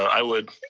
i would.